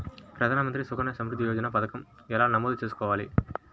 ప్రధాన మంత్రి సుకన్య సంవృద్ధి యోజన పథకం ఎలా నమోదు చేసుకోవాలీ?